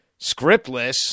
scriptless